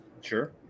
Sure